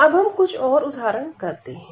अब हम कुछ और उदाहरण करते हैं